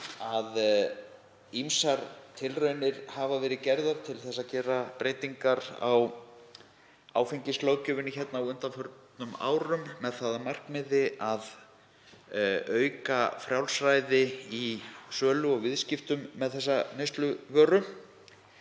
að ýmsar tilraunir hafa verið gerðar til að gera breytingar á áfengislöggjöfinni hérna á undanförnum árum með það að markmiði að auka frjálsræði í sölu og viðskiptum með þessa neysluvöru.